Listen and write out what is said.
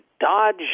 dodge